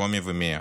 רומי ומיה,